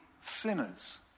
sinners